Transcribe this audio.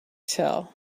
tell